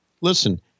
listen